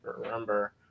remember